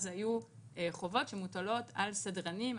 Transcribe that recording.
אז היו חובות שמוטלות על סדרנים.